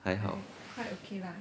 还好